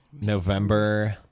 November